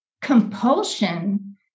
compulsion